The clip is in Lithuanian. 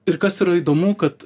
ir kas yra įdomu kad